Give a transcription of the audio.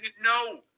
no